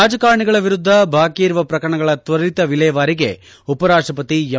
ರಾಜಕಾರಣಿಗಳ ವಿರುದ್ದ ಬಾಕಿ ಇರುವ ಪ್ರಕರಣಗಳ ತ್ವರಿತ ವಿಲೇವಾರಿಗೆ ಉಪರಾಷ್ಟಪತಿ ಎಂ